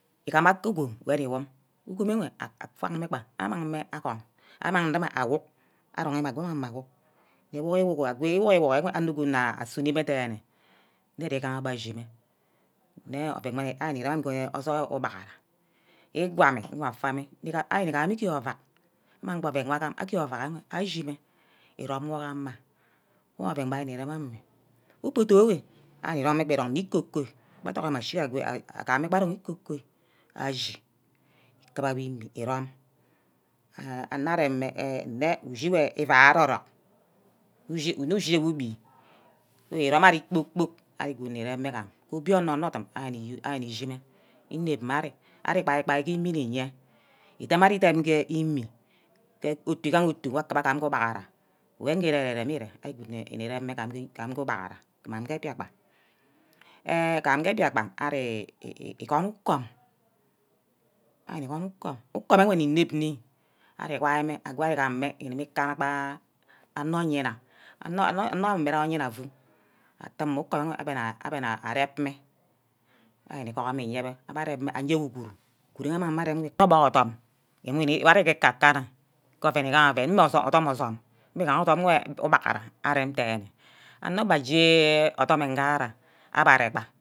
Igham aka-ugom wor ni wum, ugon enwe afang mme gba amang mme agon, amang duma awuk arong mme ago amang mme awuk, nigwuk igwuk ago we ugwuk gwuk ago anor good nna sunor mme dene nne oven wor ari nne ren ke osoil ubaghera, igwa ame nga afame, ari imang mme igee ovack, amang gba oven wor agam ashime irome wor ke amah, wor oven ari nni rem amin. obodor enwe wrini rong mme gbe irong ne ikoi-koi abbe adomome ashiga agwe agame gba arong mme nne ikoi-koi achi ikuwor-imi irome ana reme mme ke nne ushi wey ivari arock, nne ushi wor igbi we rome ushi wey ivari orock, nne ushi wor igbi we rome ari kpor-kpork ari good nireme egam obianor nne ordum ari ni-shime inep mme ari, ari gbai-gbai ke imi nniye, idem ari dem ke imi, utu igaha ohu wor akiba amin ke ubaghara nwege ere-rem ire nireme ga ke ubaghara, ke biakpan enh gam ke biakpan ari nig gwong ukom, ari gwong ukom, ukom wor nni ined nni ari gwai mme, agwai gameh ugubu ikanna gba onor oyinna, onor amme oyina otu, atum ukom abbe nna anep mme, ari ni gohome iyebe abbe rep mme ayewor uguru, uguru areme, mme obuck odim, ire ari ke aka kanna ke oven igaha oven mme osume, odom osume mme gaha wor ubagheria arem denne anor mbe ase odum ngara abbe arear gba.